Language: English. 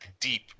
deep